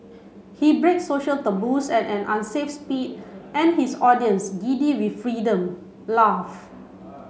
he breaks social taboos at an unsafe speed and his audience giddy with freedom laugh